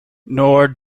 nor